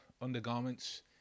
undergarments